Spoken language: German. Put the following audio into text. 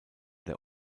der